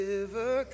River